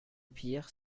pire